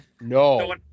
No